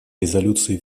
резолюции